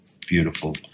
beautiful